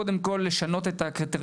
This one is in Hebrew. קודם כל לשנות את הקריטריון,